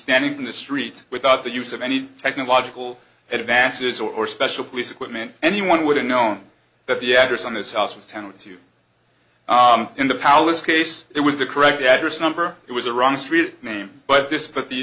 standing in the street without the use of any technological advances or special police equipment anyone would have known that the address on this house was tenants you in the palace case it was the correct address number it was a wrong street name but this but the